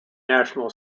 national